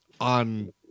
on